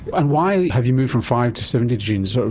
and why have you moved from five to seventy genes? sort of